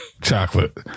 chocolate